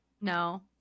no